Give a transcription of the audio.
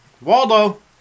Waldo